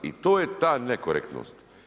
I to je ta nekorektnost.